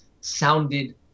sounded